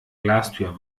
glastür